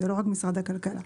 ולא רק במשרד הכלכלה.